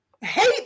hate